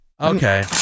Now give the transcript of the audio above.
Okay